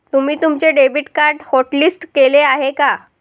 तुम्ही तुमचे debit card hotlist केले आहे का?